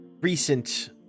recent